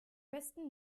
besten